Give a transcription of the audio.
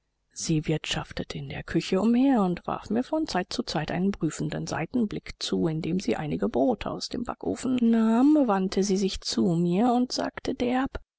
sie wirtschaftete in der küche umher und warf mir von zeit zu zeit einen prüfenden seitenblick zu indem sie einige brote aus dem backofen nahm wandte sie sich zu mir und sagte derb